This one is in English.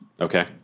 Okay